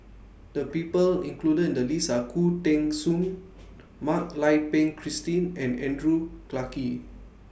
The People included in The list Are Khoo Teng Soon Mak Lai Peng Christine and Andrew Clarke